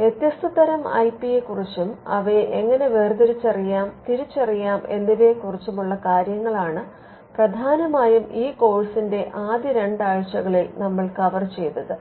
വ്യത്യസ്ത തരം ഐ പിയെ കുറിച്ചും അവയെ എങ്ങനെ വേർതിരിച്ചറിയാം തിരിച്ചറിയാം എന്നിവയെകുറിച്ചുമുള്ള കാര്യങ്ങളാണ് പ്രധാനമായും ഈ കോഴ്സിന്റെ ആദ്യ രണ്ടാഴ്ചകളിൽ ഞങ്ങൾ കവർ ചെയ്തതാണ്